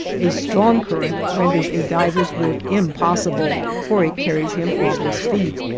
a strong current renders a diver's work impossible, for it carries him off his feet.